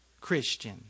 Christian